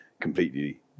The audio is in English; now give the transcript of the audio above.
completely